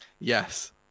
Yes